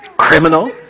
Criminal